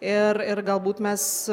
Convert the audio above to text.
ir ir galbūt mes